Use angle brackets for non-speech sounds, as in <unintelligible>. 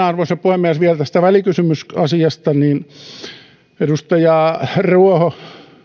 <unintelligible> arvoisa puhemies vielä tästä välikysymys asiasta edustaja ruoho